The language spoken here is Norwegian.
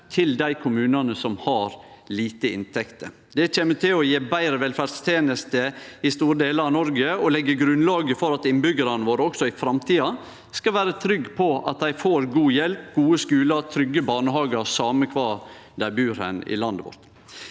til dei kommunane som har lite inntekter. Det kjem til å gje betre velferdstenester i store delar av Noreg og legg grunnlaget for at innbyggjarane våre også i framtida skal vere trygge på at dei får god hjelp, gode skular og trygge barnehagar same kvar dei bur hen i landet vårt.